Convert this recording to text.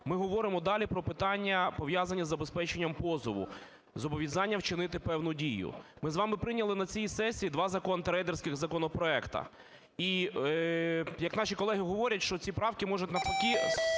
Ми говоримо далі про питання, пов'язані із забезпеченням позову, зобов'язання вчинити певну дію. Ми з вами прийняли на цій сесії два антирейдерських законопроекти. І, як наші колеги говорять, що ці правки можуть, навпаки,